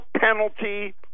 penalty